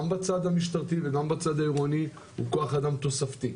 גם בצד המשטרתי וגם בצד העירוני הוא כוח אדם תוספתי.